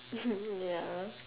ya